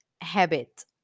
habit